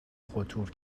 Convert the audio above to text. خطور